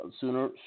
sooner